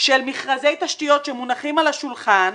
של מכרזי תשתיות שמונחים על השולחן,